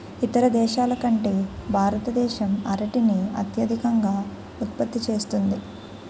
ఇతర దేశాల కంటే భారతదేశం అరటిని అత్యధికంగా ఉత్పత్తి చేస్తుంది